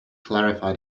clarify